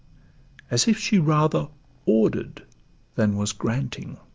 as if she rather order'd than was granting.